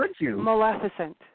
Maleficent